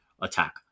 attack